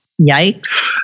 yikes